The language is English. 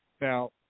now